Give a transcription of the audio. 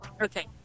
Okay